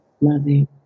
loving